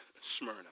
Smyrna